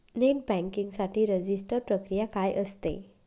Net banking साठी register प्रक्रिया काय असते?